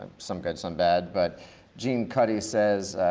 some good, some bad, but jean cutty says,